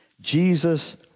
Jesus